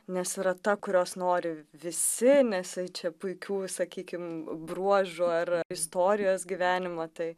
nes yra ta kurios nori visi nes čia puikių sakykim bruožų ar istorijos gyvenimo tai